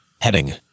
Heading